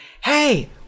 hey